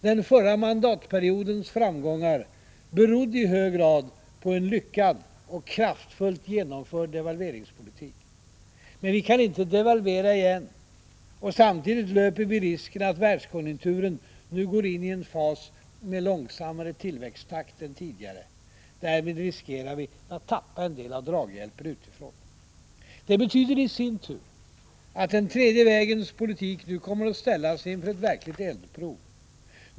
Den förra mandatperiodens framgångar berodde i hög grad på en lyckad och kraftfullt genomförd devalveringspolitik. Men vi kan inte dex ilvera igen — och samtidigt löper vi risken att världskonjunkturen nu går in i en fas med långsammare tillväxttakt än tidigare. Därmed riskerar vi att tappa en del av draghjälpen utifrån. Det betyder i sin tur att den tredje vägens politik nu kommer att ställas inför ett verkligt eldprov.